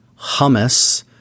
hummus